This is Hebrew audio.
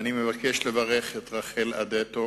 אני מבקש לברך את רחל אדטו